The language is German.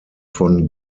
von